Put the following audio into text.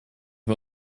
wir